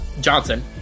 Johnson